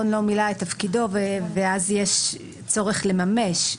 לא מילא את תפקידו ואז יש צורך לממש.